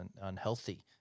unhealthy